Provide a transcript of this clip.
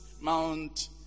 Mount